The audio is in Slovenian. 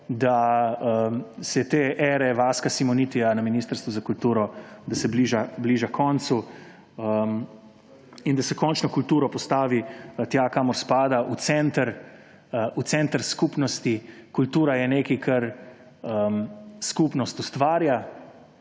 da se ta era Vaska Simonitija na Ministrstvu za kulturo bliža koncu in da se končno kulturo postavi tja, kamor spada: v center skupnosti. Kultura je nekaj, kar skupnost ustvarja,